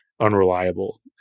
unreliable